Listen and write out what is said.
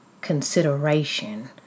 consideration